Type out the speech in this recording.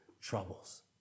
troubles